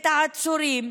את העצורים,